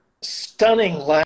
stunning